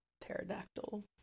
pterodactyls